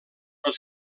pel